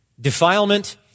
Defilement